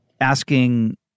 asking